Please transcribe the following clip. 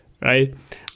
right